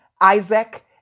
Isaac